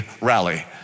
rally